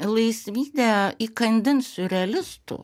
laisvydė įkandin siurrealistų